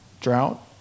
drought